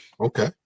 Okay